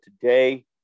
today